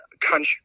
country